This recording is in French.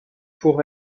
pour